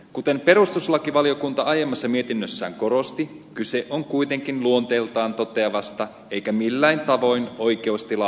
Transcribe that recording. kuten valiokunta aiemmassa mietinnössään korosti kyse on kuitenkin luonteeltaan toteavasta eikä millään tavoin oikeustilaa muuttavasta säännöksestä